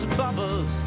bubbles